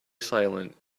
silent